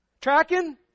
Tracking